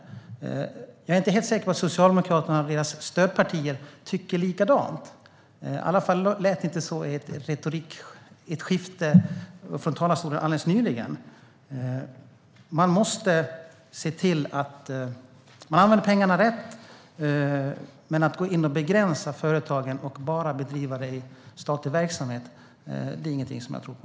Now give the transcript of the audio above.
Men jag är inte helt säker på att Socialdemokraterna och deras stödpartier tycker likadant. I alla fall lät det inte så i ett replikskifte alldeles nyligen. Man måste se till att pengarna används rätt. Men att gå in och begränsa företagen och bara bedriva det här i statlig verksamhet är inget som jag tror på.